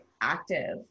active